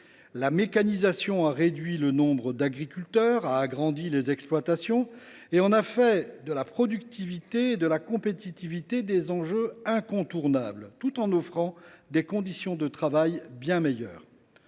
la mécanisation a réduit le nombre d’agriculteurs, agrandi les exploitations, et fait de la productivité et de la compétitivité des enjeux incontournables, tout en offrant des conditions de travail bien meilleures.